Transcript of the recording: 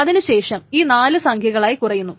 അതിനു ശേഷം ഈ നാലു സംഖ്യകളായി കുറയുന്നു